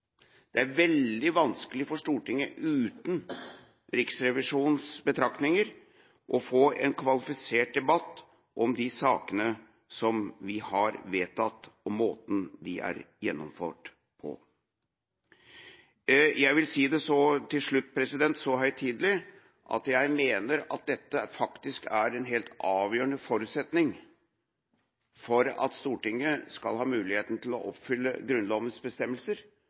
Det er veldig vanskelig for Stortinget uten Riksrevisjonens betraktninger å få en kvalifisert debatt om de sakene vi har vedtatt, og måten de er gjennomført på. Til slutt: Jeg vil si det så høytidelig at jeg mener at dette faktisk er en helt avgjørende forutsetning for at Stortinget skal ha muligheten til å oppfylle Grunnlovens bestemmelser